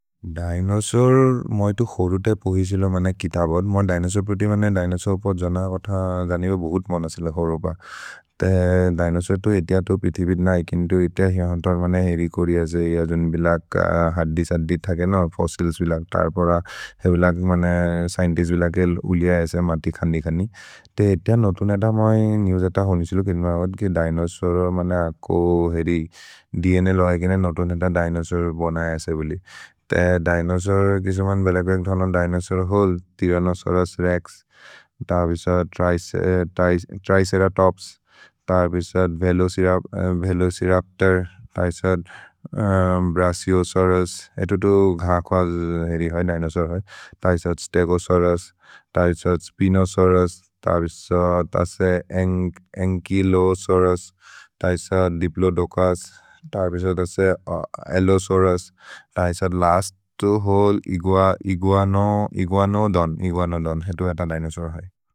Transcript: दिनोसौर्, मोइ तु खोरु तए पोहि सिलो, मन कितबोद्। मोइ दिनोसौर् प्रोति, मन दिनोसौर् पत् जन कोथ गनि बोहुत् मन सिल, खोरोप। ते दिनोसौर् तु एतिअ तु पिथि पिथि नै, किन्तु एतिअ हिहन्तर्, मन हेरि कोरि अजे। यजुन् बिलक् हद्दि सद्दि थके न, फोस्सिल्स् बिलक्, तर्पोर, हेरि बिलक्, मन स्चिएन्तिस्त् बिलक् उलिअ ऐसे, मति खन्दि खन्दि। ते एतिअ नोतुन् अएत, मोइ नेव्स् अएत होनि सिलो, किर्मवद्, कि दिनोसौर्, मन अक्को, हेरि, द्न्ल् अहेके न, नोतुन् अएत दिनोसौर् बन ऐसे बोलि। ते दिनोसौर्, किसुमन् बिलक्-बिलक् धन दिनोसौर् होल्, त्य्रन्नोसौरुस् रेक्स्, त अबिसद् त्रिचेरतोप्स्। त अबिसद् वेलोचिरप्तोर्, त अबिसद् ब्रछिओसौरुस्, एतु तु घाक् हल् हेरि है दिनोसौर् है, त अबिसद् स्तेगोसौरुस्। त अबिसद् स्पिनोसौरुस्, त अबिसद् तसे अन्क्य्लोसौरुस्, त अबिसद् दिप्लोदोचुस्, त अबिसद् तसे अल्लोसौरुस्, त ऐसद् लस्त् होल् इगुअनोदोन्, इगुअनोदोन्, हेतु अएत दिनोसौर् है।